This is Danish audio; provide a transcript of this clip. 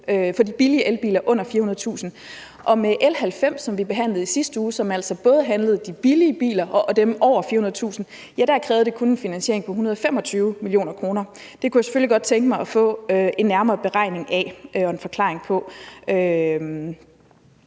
for de billige elbiler til under 400.000 kr. Og med L 90, som vi behandlede i sidste uge, og som altså både handlede om de billige biler og dem til over 400.000 kr., krævede det kun en finansiering på 125 mio. kr. Det kunne jeg selvfølgelig godt tænke mig at få en nærmere beregning af og forklaring på.